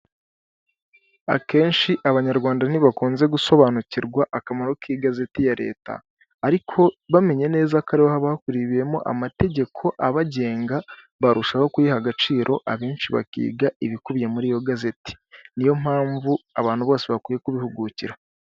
Akenshi abanyarwanda ntibakunze gusobanukirwa akamaro k'igazeti ya leta, ariko bamenye neza ko ariho haba hakubiyemo amategeko abagenga, barushaho kuyiha agaciro abenshi bakiga ibikubiye muri iyo gazeti niyo mpamvu abantu bose bakwiye kubihugukira.